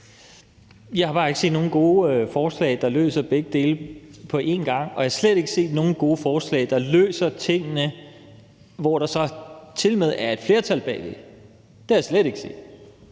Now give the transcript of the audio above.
Jeg har bare ikke set nogen gode forslag, der løser begge dele på én gang, og jeg har slet ikke set nogen gode forslag, der løser tingene, hvor der så tilmed er et flertal bag ved – det har jeg slet ikke set.